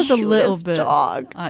little bit ah of